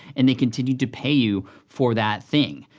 and they continue to pay you, for that thing.